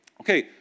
Okay